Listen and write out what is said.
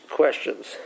questions